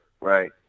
right